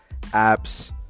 apps